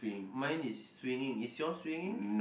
mine is stringing is yours stringing